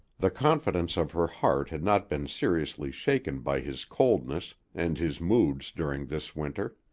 the confidence of her heart had not been seriously shaken by his coldness and his moods during this winter.